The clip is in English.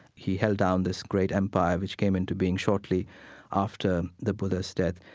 he held down this great empire, which came into being shortly after the buddha's death.